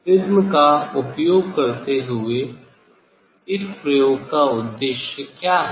prism का उपयोग करते हुए इस प्रयोग का उद्देश्य क्या है